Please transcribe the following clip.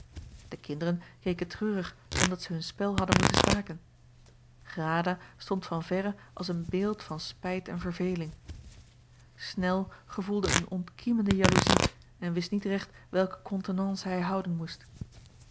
de kinderen keken treurig omdat zij hun spel hadden moeten staken grada stond van verre als een beeld van spijt en verveeling snel gevoelde een ontkiemende jaloezie en wist niet recht welke contenance hij houden moest